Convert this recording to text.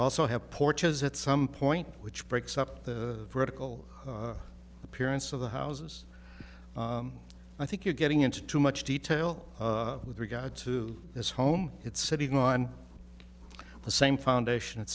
also have porches at some point which breaks up the vertical appearance of the houses i think you're getting into too much detail with regard to this home it's sitting on the same foundation